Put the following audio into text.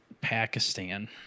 Pakistan